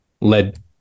led